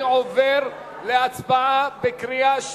אני עובר להצבעה בקריאה שלישית,